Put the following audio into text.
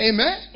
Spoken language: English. Amen